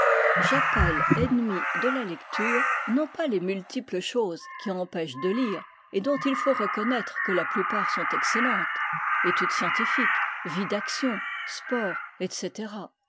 ennemis de la lecture non pas les multiples choses qui empêchent de lire et dont il faut reconnaître que la plupart sont excellentes études scientifiques vie d'action sports etc